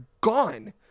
gone